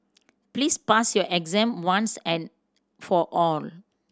please pass your exam once and for all